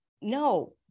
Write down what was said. no